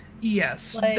Yes